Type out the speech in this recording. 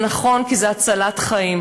זה נכון, כי זה הצלת חיים.